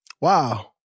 Wow